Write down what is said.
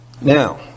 Now